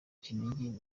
kinigi